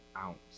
ounce